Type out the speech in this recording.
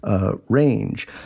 range